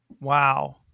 Wow